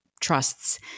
trusts